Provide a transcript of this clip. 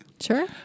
Sure